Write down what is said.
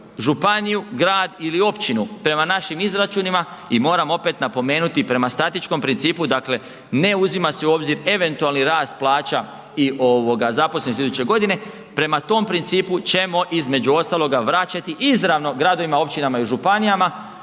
županiju, grad ili općinu prema našim izračunima i moram opet napomenuti prema statičko principu dakle, ne uzima se u obzir eventualni rast plaća i zaposlenosti iduće godine, prema tom principu ćemo između ostaloga vraćati izravno gradovima, općinama i županijama,